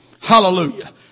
Hallelujah